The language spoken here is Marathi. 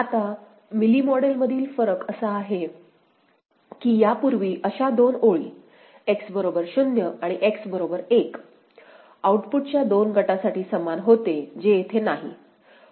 आता मिली मॉडेलमधील फरक असा आहे की यापूर्वी अशा दोन ओळी X बरोबर 0 आणि X बरोबर 1 आउटपुटच्या दोन गटासाठी समान होते जे येथे नाही